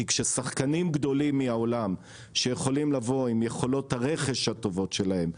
כי כששחקנים גדולים מהעולם שיכולים לבוא עם יכולות הרכש הטובות שלהם,